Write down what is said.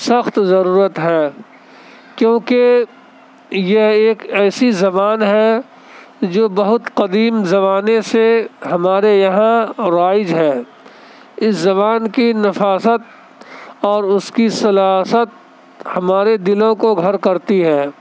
سخت ضرورت ہے کیوںکہ یہ ایک ایسی زبان ہے جو بہت قدیم زمانے سے ہمارے یہاں رائج ہے اس زبان کی نفاست اور اس کی سلاست ہمارے دلوں کو گھر کرتی ہے